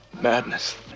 Madness